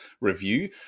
review